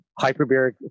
hyperbaric